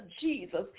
Jesus